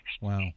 Wow